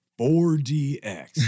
4DX